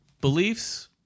Beliefs